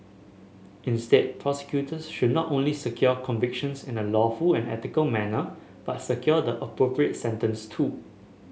instead prosecutors should not only secure convictions in a lawful and ethical manner but secure the appropriate sentence too